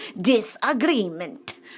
disagreement